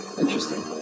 Interesting